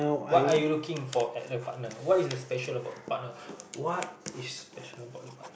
what are you looking for at a partner what is a special about the partner what is special about the part